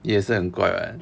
你也是很怪 [what]